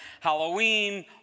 Halloween